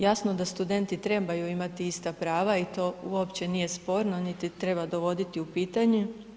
Jasno da studenti trebaju imati ista prava i to uopće nije sporno niti treba dovoditi u pitanje.